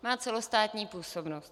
Má celostátní působnost.